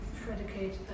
predicate